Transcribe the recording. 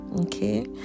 okay